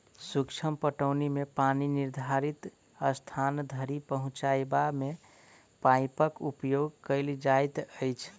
सूक्ष्म पटौनी मे पानि निर्धारित स्थान धरि पहुँचयबा मे पाइपक उपयोग कयल जाइत अछि